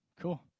Cool